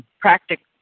practical